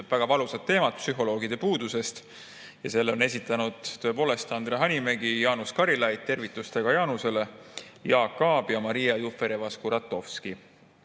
väga valusat teemat, psühholoogide puudust. Selle on esitanud tõepoolest Andre Hanimägi, Jaanus Karilaid – tervitus ka Jaanusele! –, Jaak Aab ja Maria Jufereva-Skuratovski. Miks